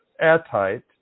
airtight